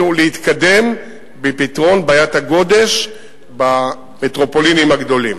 להתחיל להתקדם בפתרון בעיית הגודש במטרופולינים הגדולות.